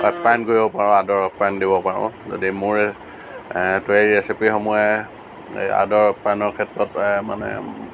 আপ্যায়ন কৰিব পাৰোঁ আদৰ আপ্যায়ন দিব পাৰোঁ যদি মোৰ তৈয়াৰী ৰেচিপিসমূহে এই আদৰ আপ্যায়নৰ ক্ষেত্ৰত মানে